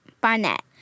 Barnett